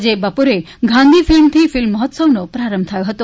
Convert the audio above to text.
આજે બપોરે ગાંધી ફિલ્મથી ફિલ્મ મહોત્સવનો પ્રારંભ થયો હતો